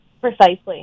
Precisely